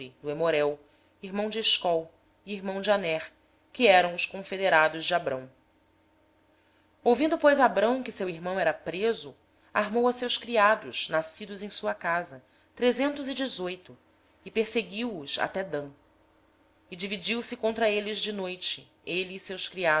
amorreu irmão de escol e de aner estes eram aliados de abrão ouvindo pois abrão que seu irmão estava preso levou os seus homens treinados nascidos em sua casa em número de trezentos e dezoito e perseguiu os reis até dã dividiu se contra eles de noite ele e os seus